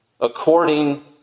according